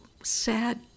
sad